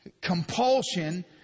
compulsion